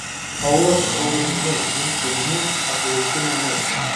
aūlas atrodo liūdnai vien sviedinių apgriauti namai